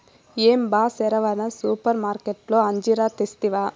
ఏం బా సెరవన సూపర్మార్కట్లో అంజీరా తెస్తివా